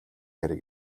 хэрэг